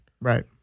Right